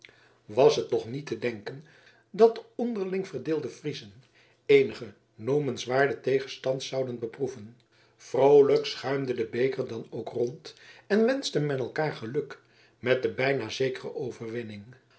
was het toch niet te denken dat de onderling verdeelde friezen eenigen noemenswaarden wederstand zouden beproeven vroolijk schuimde de beker dan ook rond en wenschte men elkaar geluk met de bijna zekere overwinning